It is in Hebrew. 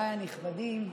חבריי הנכבדים,